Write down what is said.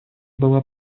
была